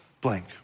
blank